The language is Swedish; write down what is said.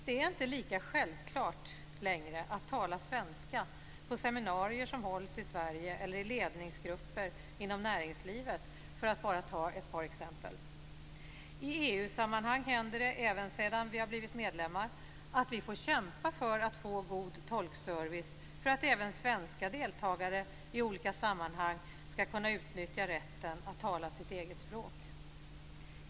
Det är inte lika självklart längre att tala svenska på seminarier som hålls i Sverige eller i ledningsgrupper i näringslivet - för att ta ett par exempel. I EU-sammanhang händer det, även sedan vi har blivit medlemmar, att vi får kämpa för att få god tolkservice så att även svenska deltagare i olika sammanhang ska kunna utnyttja rätten att tala sitt eget språk.